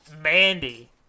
Mandy